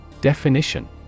Definition